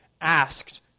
asked